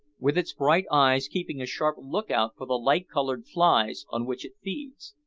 with its bright eyes keeping a sharp look-out for the light-coloured flies on which it feeds.